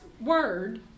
word